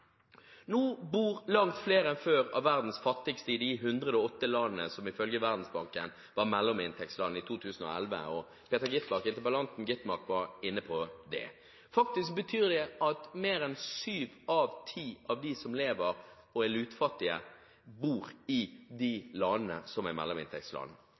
Nå bor langt flere enn før av verdens fattigste i de 108 landene som ifølge Verdensbanken var mellominntektsland i 2011, som interpellanten Skovholt Gitmark var inne på. Det betyr faktisk at mer enn sju av ti av dem som lever og er lutfattige, bor i de landene som er mellominntektsland.